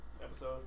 episode